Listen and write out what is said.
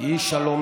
יהי שלום,